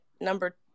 number